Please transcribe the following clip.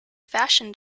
fashion